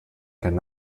could